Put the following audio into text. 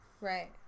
Right